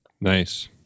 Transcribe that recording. Nice